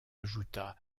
ajouta